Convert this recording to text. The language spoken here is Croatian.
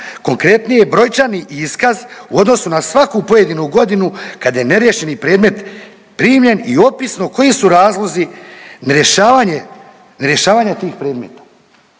konkretnije brojčani iskaz u odnosu na svaku pojedinu godinu kad je neriješeni predmet primljen i opisno koji su razlozi ne rješavanja tih predmeta,